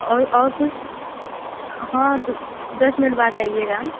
और और कुछ हाँ दो दस मिनट बाद आइएगा